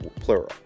plural